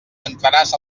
entraràs